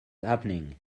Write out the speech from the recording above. happening